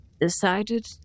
decided